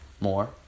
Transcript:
More